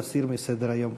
להסיר מסדר-היום.